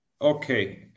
Okay